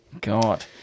God